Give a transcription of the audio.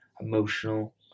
emotional